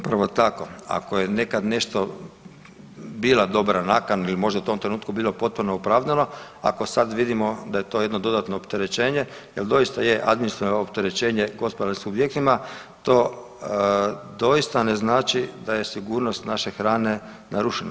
Upravo tako, ako je nekad nešto bila dobra nakana ili možda u tom trenutku bilo potpuno opravdano, ako sad vidimo da je to jedno dodatno opterećenje jer doista je administrativno opterećenje gospodarskim subjektima to doista ne znači da je sigurnost naše hrane narušena.